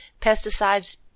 pesticides